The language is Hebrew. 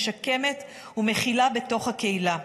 משקמת ומכילה בתוך הקהילה.